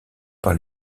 par